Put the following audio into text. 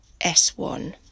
S1